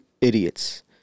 idiots